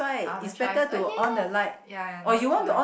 other choice oh ya ya no choice